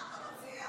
מה אתה מציע?